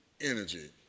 energy